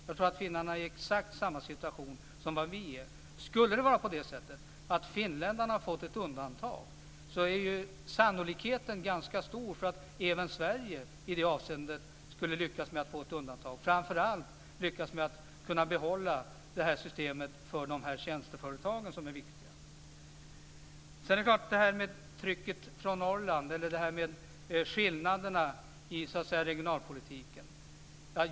Jag tror att finnarna är i exakt samma situation som vi är. Skulle det vara på det sättet att finländarna har fått ett undantag är sannolikheten ganska stor för att även Sverige i det avseendet skulle lyckas med att få ett undantag. Det gäller framför allt att lyckas med att kunna få behålla systemet för de tjänsteföretag som är viktiga. Det talades om trycket från Norrland, dvs. skillnaderna i regionalpolitiken.